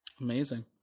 Amazing